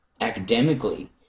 academically